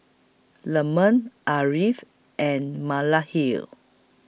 Leman Ariff and Mala Heal